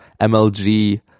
MLG